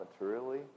materially